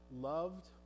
loved